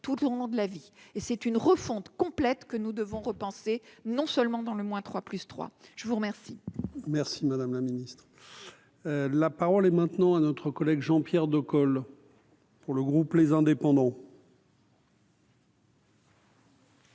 tout tournant de la vie et c'est une refonte complète que nous devons repenser, non seulement dans le moins trois, plus trois, je vous remercie. Merci madame la Ministre. La parole est maintenant à notre collègue Jean-Pierre de colle pour le groupe, les indépendants.